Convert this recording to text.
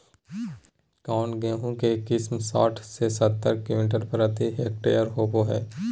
कौन गेंहू के किस्म साठ से सत्तर क्विंटल प्रति हेक्टेयर होबो हाय?